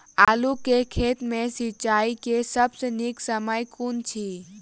आलु केँ खेत मे सिंचाई केँ सबसँ नीक समय कुन अछि?